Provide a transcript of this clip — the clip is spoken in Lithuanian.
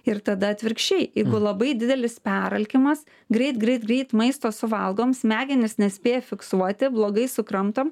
ir tada atvirkščiai jeigu labai didelis peralkimas greit greit greit maisto suvalgom smegenys nespėja fiksuoti blogai sukramtom